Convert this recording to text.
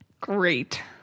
Great